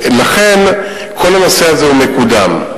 לכן, כל הנושא הזה מקודם.